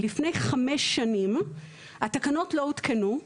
לפני חמש שנים, והתקנות לא הותקנו.